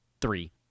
three